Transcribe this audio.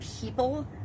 people